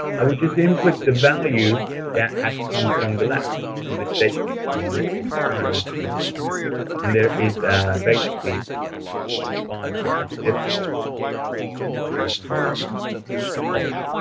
i will just input the value that has come from the lab on the stationary machine, in this case. it's three hundred and twenty five and there is basically forty five vickers different in comparison to the default.